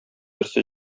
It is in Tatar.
берсе